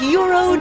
Euro